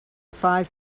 five